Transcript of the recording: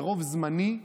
ברוב זמני.